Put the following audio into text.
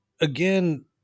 again